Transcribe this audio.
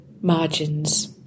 margins